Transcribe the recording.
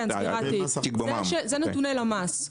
נתוני למ"ס.